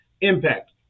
impact